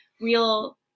real